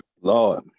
Lord